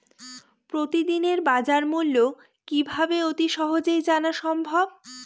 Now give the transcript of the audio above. প্রতিদিনের বাজারমূল্য কিভাবে অতি সহজেই জানা সম্ভব?